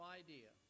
idea